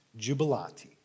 jubilati